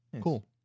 Cool